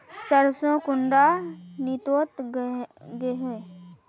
सरसों कुंडा दिनोत उगैहे?